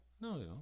no